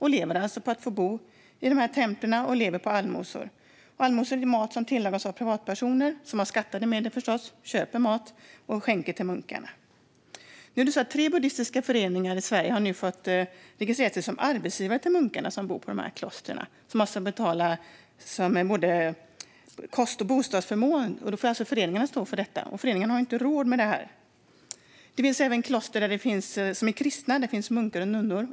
De lever alltså på att få bo i dessa tempel och på allmosor och mat som tillagas av privatpersoner som av skattade medel, förstås, köper mat och skänker till munkarna. Tre buddhistiska föreningar i Sverige har nu fått registrera sig som arbetsgivare till de munkar som bor i klostren. Man måste då betala både kost och bostadsförmån. Då får alltså föreningarna stå för detta, och de har inte råd med det. Det finns även kristna kloster där det finns munkar och nunnor.